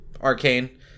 Arcane